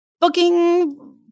booking